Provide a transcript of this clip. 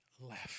left